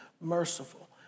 merciful